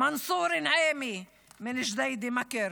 מנסור נעימי מג'דיידה-מכר,